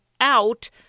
out